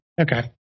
Okay